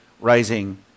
rising